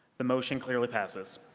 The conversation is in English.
the motion clearly passes.